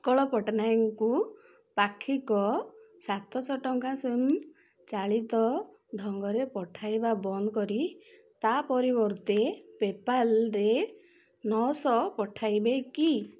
ଉତ୍କଳ ପଟ୍ଟନାୟକଙ୍କୁ ପାକ୍ଷିକ ସାତଶହ ଟଙ୍କା ସ୍ୱୟଂ ଚାଳିତ ଢଙ୍ଗରେ ପଠାଇବା ବନ୍ଦ କରି ତା ପରିବର୍ତ୍ତେ ପେପାଲ୍ରେ ନଅଶହ ପଠାଇବେ କି